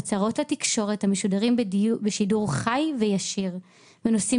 בהצהרות לתקשורת המשודרים בשידור חי וישיר בנושאים